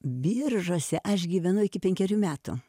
biržuose aš gyvenu iki penkerių metų